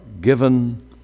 given